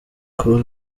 cole